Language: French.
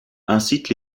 incite